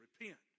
repent